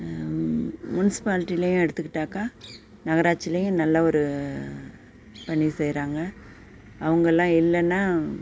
முனிஸ்பாலிட்டிலேயும் எடுத்துக்கிட்டாக்கால் நகராட்சியிலேயும் நல்ல ஒரு பணி செய்கிறாங்க அவங்களாம் இல்லைனா